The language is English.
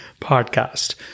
podcast